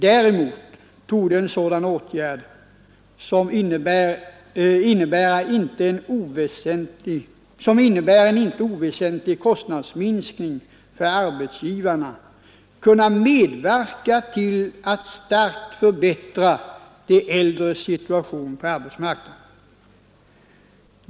Däremot torde en sådan åtgärd, som innebär en inte oväsentlig kostnadsminskning för arbetsgivarna, kunna medverka till att starkt förbättra de äldres situation på arbetsmarknaden.